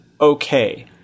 okay